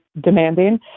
demanding